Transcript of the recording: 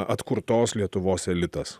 atkurtos lietuvos elitas